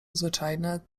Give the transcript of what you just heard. zwyczajne